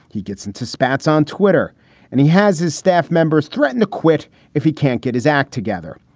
he gets into spats on twitter and he has his staff members threatened to quit if he can't get his act together.